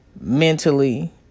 mentally